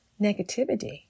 negativity